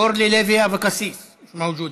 אורלי לוי אבקסיס, מיש מווג'ודה,